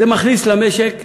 זה מכניס למשק כמעט,